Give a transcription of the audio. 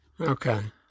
Okay